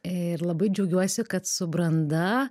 ir labai džiaugiuosi kad su branda